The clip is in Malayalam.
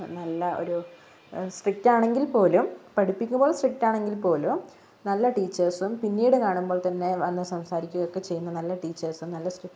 നല്ല ഒരു സ്ട്രിക്റ്റാണെങ്കിൽപ്പോലും പഠിപ്പിക്കുമ്പോൾ സ്ട്രിക്റ്റാണെങ്കിൽപ്പോലും നല്ല ടീച്ചേഴ്സും പിന്നീട് കാണുമ്പോൾത്തന്നെ വന്ന് സംസാരിക്കയും ഒക്കെ ചെയ്യുന്ന നല്ല ടീച്ചേർസും നല്ല